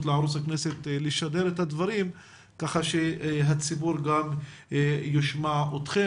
לערוץ הכנסת לשדר את הדברים כך שהציבור ישמע אתכם,